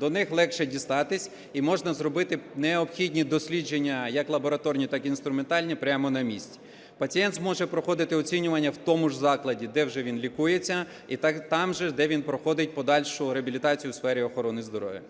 до них легше дістатись і можна зробити необхідні дослідження як лабораторні, так й інструментальні прямо на місці. Пацієнт зможе проходити оцінювання в тому ж закладі, де вже він лікується, і там же, де він проходить подальшу реабілітацію в сфері охорони здоров'я.